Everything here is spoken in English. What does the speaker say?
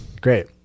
Great